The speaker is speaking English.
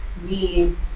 need